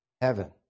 heaven